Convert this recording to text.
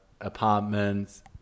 apartments